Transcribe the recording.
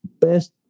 best